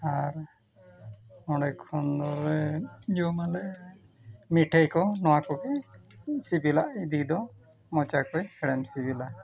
ᱟᱨ ᱚᱸᱰᱮ ᱠᱷᱚᱱ ᱫᱚ ᱡᱚᱢᱟᱞᱮ ᱢᱤᱴᱷᱟᱹᱭ ᱠᱚ ᱱᱚᱣᱟ ᱠᱚᱜᱮ ᱥᱤᱵᱤᱞᱟᱜ ᱤᱫᱤ ᱫᱚ ᱢᱚᱪᱟ ᱠᱚᱭ ᱦᱮᱲᱮᱢ ᱥᱤᱵᱤᱞᱟ